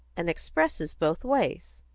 and expresses both ways.